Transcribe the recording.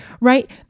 right